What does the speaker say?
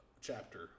chapter